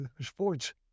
sports